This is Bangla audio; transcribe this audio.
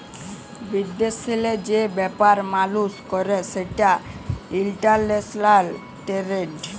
বিদেশেল্লে যে ব্যাপার মালুস ক্যরে সেটা ইলটারল্যাশলাল টেরেড